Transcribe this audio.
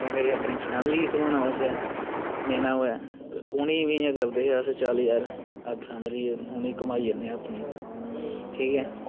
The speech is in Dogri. केईं बारी अपनी फैमिली गी घुमाने आस्तै लेना होऐते उ'नें गी बी इं'या करदे हे चल यार अपनी फैमली गी घमाई आह्नेआं ठीक ऐ